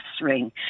ring